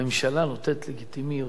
הממשלה נותנת לגיטימיות?